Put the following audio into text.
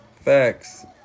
Facts